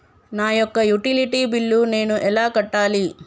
నా యొక్క utility bill నేను ఎలా కట్టాలి?